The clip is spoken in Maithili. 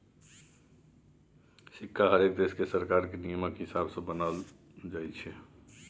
सिक्का हरेक देशक सरकार केर नियमकेँ हिसाब सँ बनाओल जाइत छै